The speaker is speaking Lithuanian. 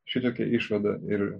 šitokią išvadą ir